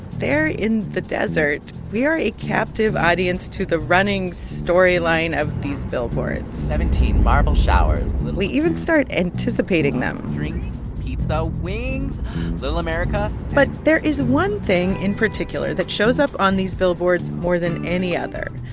there in the desert, we are a captive audience to the running storyline of these billboards seventeen marble showers we even start anticipating them drinks, pizza, wings little america but there is one thing in particular that shows up on these billboards more than any other,